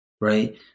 right